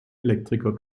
elektriker